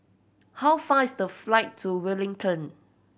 how far is the flight to Wellington